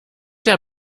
der